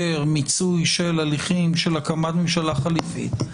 מיצוי של הליכים של הקמת ממשלה חליפית,